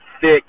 thick